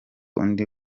undi